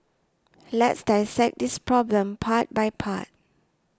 let's dissect this problem part by part